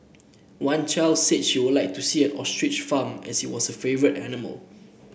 one child said she would like to see an ostrich farm as it was her favourite animal